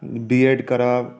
B Ed करब